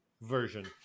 version